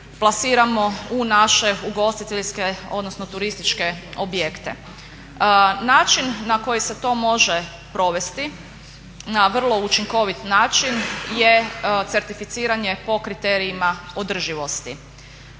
plasiramo u naše ugostiteljske, odnosno turističke objekte. Način na koji se to može provesti na vrlo učinkoviti način je certificiranje po kriterijima održivosti.